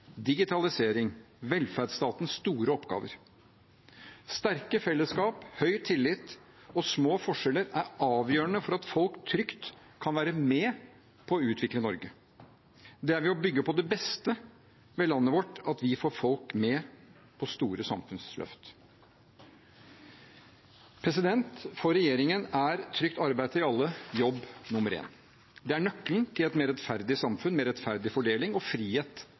digitalisering og velferdsstatens store oppgaver. Sterke fellesskap, høy tillit og små forskjeller er avgjørende for at folk trygt kan være med på å utvikle Norge. Det er ved å bygge på det beste ved landet vårt at vi får folk med på store samfunnsløft. For regjeringen er trygt arbeid til alle jobb nummer én. Det er nøkkelen til et mer rettferdig samfunn, mer rettferdig fordeling og frihet